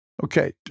Okay